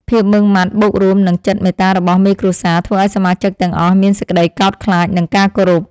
ភាពម៉ឺងម៉ាត់បូករួមនឹងចិត្តមេត្តារបស់មេគ្រួសារធ្វើឱ្យសមាជិកទាំងអស់មានសេចក្តីកោតខ្លាច និងការគោរព។